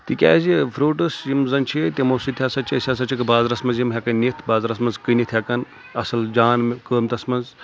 تِکیازِ فروٗٹٕس یِم زَن چھِ تِمو سۭتۍ ہسا چھِ أسۍ ہسا چھِ بازرَس منٛز یِم ہؠکن نِتھ بازرَس منٛز کٔنِتھ ہؠکن اَصٕل جان قۭمتَس منٛز